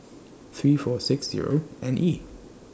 three four six Zero N E